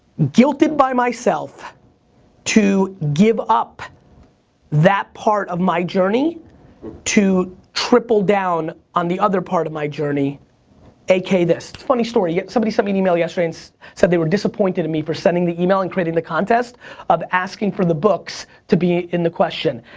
guilted by myself to give up that part of my journey to triple down on the other part of my journey a k this. it's a funny story, somebody sent me an email yesterday and said they were disappointed in me for sending the email and creating the contest of asking for the books to be in the question.